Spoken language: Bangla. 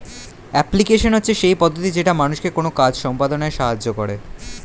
অ্যাপ্লিকেশন হচ্ছে সেই পদ্ধতি যেটা মানুষকে কোনো কাজ সম্পদনায় সাহায্য করে